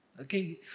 Okay